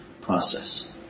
process